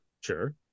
Sure